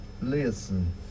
listen